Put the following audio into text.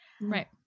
Right